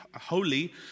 holy